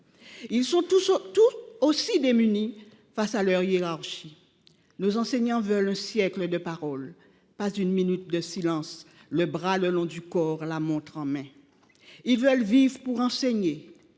Ils sont tout aussi démunis face à leur hiérarchie. Nos enseignants veulent un siècle de parole, non une minute de silence, le bras le long du corps, la montre en main. Ils veulent vivre pour enseigner,